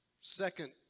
second